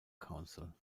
council